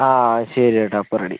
ആ ശരി കേട്ടോ അപ്പം റെഡി